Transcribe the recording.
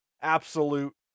absolute